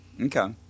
Okay